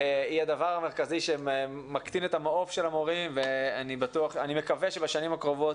היא הדבר המרכזי שמקטין את המעוף של המורים ואני מקווה שבשנים הקרובות